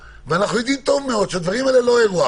ואנחנו יודעים טוב מאוד שהדברים האלה הם לא אירוע.